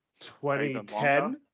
2010